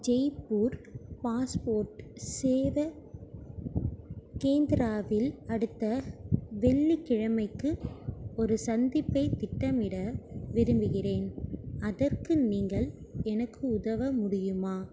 Jaipur passport சேவை கேந்திராவில் அடுத்த வெள்ளிக்கிழமைக்கு ஒரு சந்திப்பைத் திட்டமிட விரும்புகிறேன் அதற்கு நீங்கள் எனக்கு உதவ முடியுமா